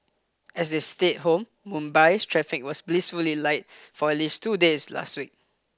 as they stayed home Mumbai's traffic was blissfully light for at least two days last week